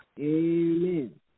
Amen